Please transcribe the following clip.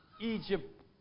Egypt